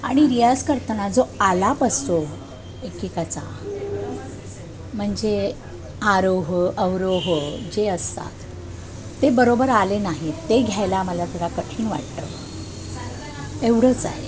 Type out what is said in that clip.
आणि रियाज करताना जो आलाप असतो एकेकाचा म्हणजे आरोह अवरोह जे असतात ते बरोबर आले नाही ते घ्यायला मला जरा कठीण वाटतं एवढंच आहे